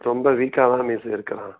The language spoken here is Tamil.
ரொம்ப வீக்காக தான் மிஸ் இருக்கிறான்